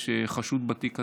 יש חשוד בתיק הזה,